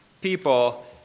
people